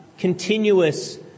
continuous